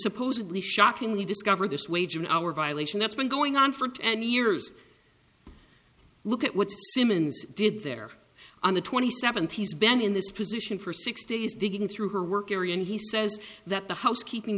supposedly shockingly discovered this wage an hour violation that's been going on for ten years look at what simmons did there on the twenty seventh he's been in this position for six days digging through her work area and he says that the housekeeping